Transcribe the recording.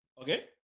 Okay